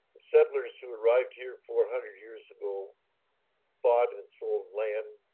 settlers who arrived here four hundred years ago bought and sold land,